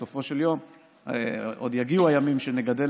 בסופו של יום עוד יגיעו הימים שנגדל